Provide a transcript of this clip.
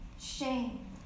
shame